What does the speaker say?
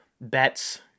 bets